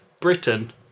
Britain